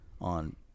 on